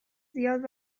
زیاد